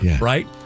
right